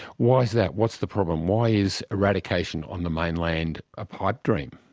why is that, what's the problem? why is eradication on the mainland a pipedream?